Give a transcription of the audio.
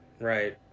Right